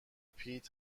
پیت